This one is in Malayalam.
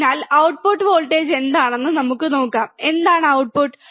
അതിനാൽ ഔട്ട്പുട്ട് വോൾട്ടേജ് എന്താണ് നമുക്ക് നോക്കാം എന്താണ് ഔട്ട്പുട്ട്